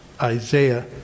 Isaiah